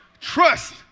Trust